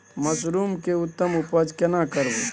Mushroom के उत्तम उपज केना करबै?